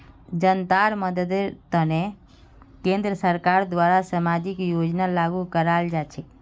जनतार मददेर तने केंद्र सरकारेर द्वारे सामाजिक योजना लागू कराल जा छेक